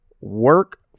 work